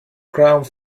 ground